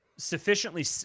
Sufficiently